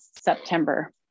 September